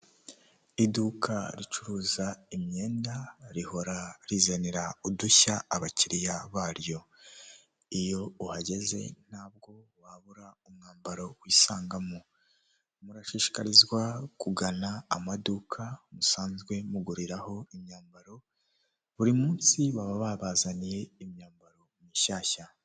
Iduka ricuruza imyenda rihora rizanira udushya abakiriya baryo. Iyo uhageze ntabwo wabura umwambaro wisangamo. Murashishikarizwa kugana amaduka musanzwe muguriraho imyambaro, buri munsi baba babazaniye imyambaro mishyashya.